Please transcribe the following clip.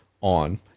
on